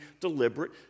deliberate